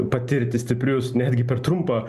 patirti stiprius netgi per trumpą